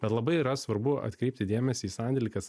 bet labai yra svarbu atkreipti dėmesį į sandėlį kas